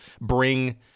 bring